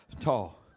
Tall